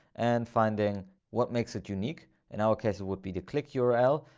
and finding what makes it unique in our case would be the click yeah url.